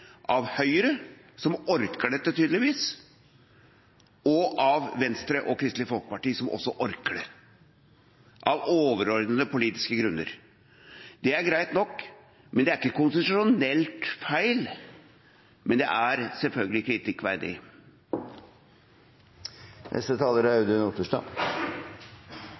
av Høyre, som tydeligvis orker dette, og av Venstre og Kristelig Folkeparti, som også orker det – av overordnede politiske grunner. Det er greit nok. Det er ikke konstitusjonelt feil, men det er selvfølgelig kritikkverdig.